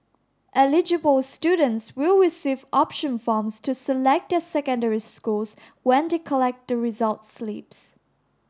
eligible students will receive option forms to select their secondary schools when they collect the results slips